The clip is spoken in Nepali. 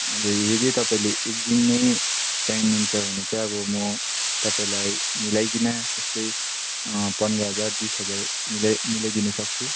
अहिले यदि तपाईँले एक दिन नै चाहनु हुन्छ भने चाहिँ अब म तपाईँलाई मिलाइकिन यस्तै पन्ध्र हजार बिस हजार मिलाइ मिलाइदिनु सक्छु